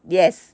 yes